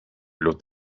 los